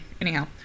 anyhow